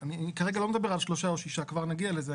אני כרגע לא מדבר על 3 או 6, כבר נגיע לזה.